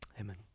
Amen